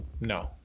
No